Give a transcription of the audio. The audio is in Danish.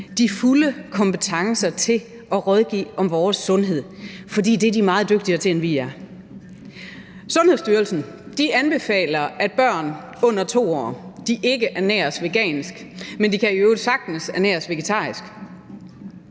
de fulde kompetencer til at rådgive om vores sundhed, for det er de meget dygtigere til, end vi er. Sundhedsstyrelsen anbefaler, at børn under 2 år ikke ernæres vegansk, men de kan i øvrigt sagtens ernæres vegetarisk.